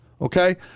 Okay